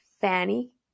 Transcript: Fanny